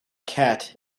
cat